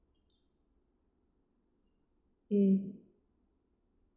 mm